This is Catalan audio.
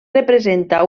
representa